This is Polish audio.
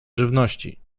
żywności